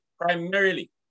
primarily